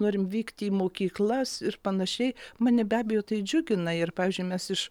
norim vykti į mokyklas ir panašiai mane be abejo tai džiugina ir pavyzdžiui mes iš